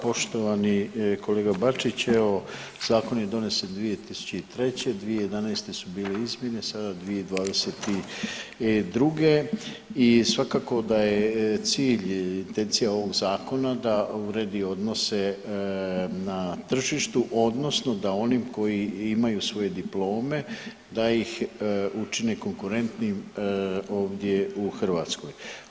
Poštovani kolega Bačić, evo zakon je donesen 2003., 2011. su bili izmjene, sada 2022. i svakako da je cilj, intencija ovog zakona da uredi odnose na tržištu odnosno da oni koji imaju svoje diplome da ih učine konkurentnim ovdje u Hrvatskoj.